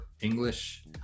english